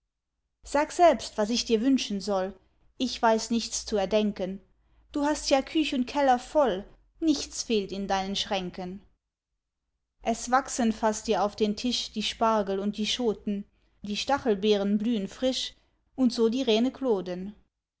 sag selbst was ich dir wünschen soll ich weiß nichts zu erdenken du hast ja küch und keller voll nichts fehlt in deinen schränken es wachsen fast dir auf den tisch die spargel und die schoten die stachelbeeren blühen frisch und so die